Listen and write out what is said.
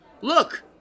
Look